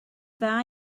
dda